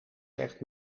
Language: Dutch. zegt